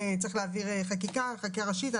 צריך להעביר חקיקה וחקיקה ראשית.